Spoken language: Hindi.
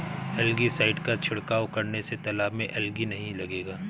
एलगी साइड का छिड़काव करने से तालाब में एलगी नहीं लगेगा